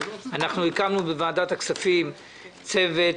הקמנו בוועדת הכספים צוות,